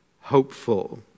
hopeful